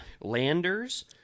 Lander's